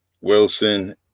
Wilson